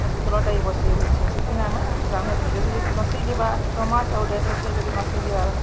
ପିତଳଟା ବସେଇ ହଉଛେ ସେଦିନେ ଆମେ ରାନ୍ଧୁଛୁ ଯଦି ନଶିଯିବା ଛଅ ମାସ୍ ଆଉ ଡେଟ୍ ଅଛେ ଯଦି ନଶିଯିବା ପରେ